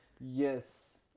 Yes